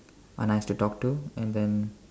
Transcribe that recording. are nice to talk to and then